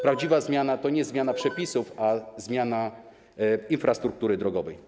Prawdziwa zmiana to nie zmiana przepisów, a zmiana infrastruktury drogowej.